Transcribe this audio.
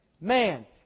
Man